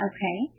Okay